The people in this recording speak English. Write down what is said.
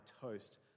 toast